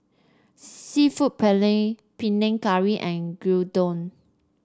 seafood Paella Panang Curry and Gyudon